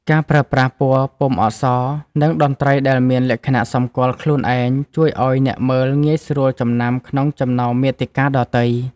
ការប្រើប្រាស់ពណ៌ ពុម្ពអក្សរ និងតន្ត្រីដែលមានលក្ខណៈសម្គាល់ខ្លួនឯង ជួយឱ្យអ្នកមើលងាយស្រួលចំណាំក្នុងចំណោមមាតិកាដទៃ។